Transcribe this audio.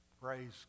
Praise